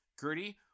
Gertie